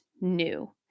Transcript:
new